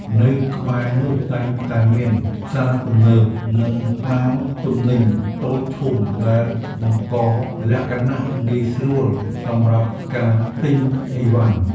នៅក្បែរនោះតែងតែមានផ្សារទំនើប និងហាងទំនិញតូចធំ ដែលបង្កលក្ខណៈងាយស្រួលសម្រាប់ការទិញអីវ៉ាន់។